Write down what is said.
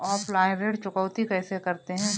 Offline ऋण चुकौती कैसे करते हैं?